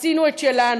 אז עשינו את שלנו.